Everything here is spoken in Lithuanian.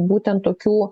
būtent tokių